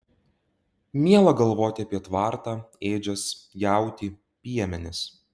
miela galvoti apie tvartą ėdžias jautį piemenis